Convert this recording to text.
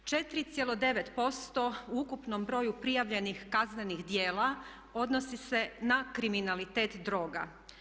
4,9% u ukupnom broju prijavljenih kaznenih djela odnosi se na kriminalitet droga.